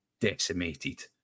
decimated